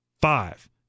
five